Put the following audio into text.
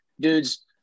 dudes